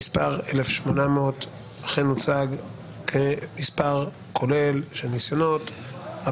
המספר 1,800 אכן הוצג כמספר כולל של ניסיונות,